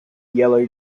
yellow